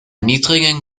niedrigen